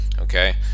okay